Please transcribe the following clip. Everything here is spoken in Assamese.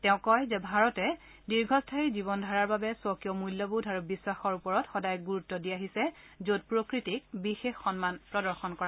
তেওঁ কয় যে ভাৰতে দীৰ্ঘস্থায়ী জীৱনধাৰাৰ বাবে স্বকীয় মূল্যবোধ আৰু বিশ্বাসৰ ওপৰত সদায় গুৰুত্ব দি আহিছে যত প্ৰকৃতিক বিশেষ সন্মান প্ৰদৰ্শন কৰা হয়